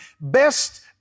best